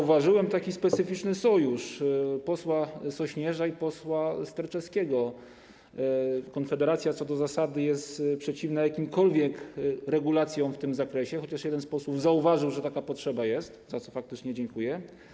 Zauważyłem taki specyficzny sojusz posła Sośnierza i posła Sterczewskiego, Konfederacja co do zasady jest przeciwna jakimkolwiek regulacjom w tym zakresie, chociaż jeden z posłów zauważył, że taka potrzeba jest, za co dziękuję.